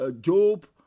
Job